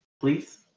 Please